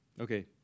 Okay